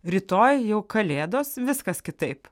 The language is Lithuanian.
rytoj jau kalėdos viskas kitaip